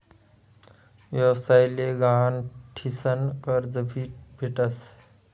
व्यवसाय ले गहाण ठीसन कर्ज भी भेटस